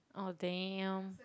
oh damn